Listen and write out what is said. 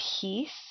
peace